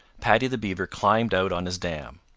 paddy the beaver climbed out on his dam.